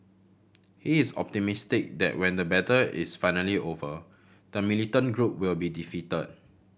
he is optimistic that when the battle is finally over the militant group will be defeated